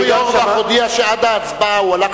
אורי אורבך הודיע שעד ההצבעה הוא הלך